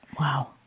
Wow